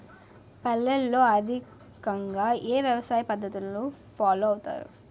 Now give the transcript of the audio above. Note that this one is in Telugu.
పల్లెల్లో అధికంగా ఏ వ్యవసాయ పద్ధతులను ఫాలో అవతారు?